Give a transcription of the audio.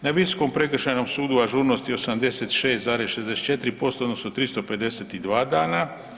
Na Visokom prekršajnom sudu ažurnost je 86,64% odnosno 352 dana.